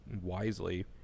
wisely